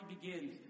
begins